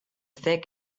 thick